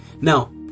now